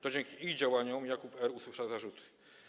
To dzięki ich działaniom Jakub R. usłyszał zarzuty.